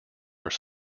are